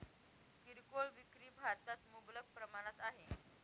किरकोळ विक्री भारतात मुबलक प्रमाणात आहे